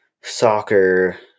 soccer